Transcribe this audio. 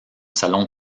salon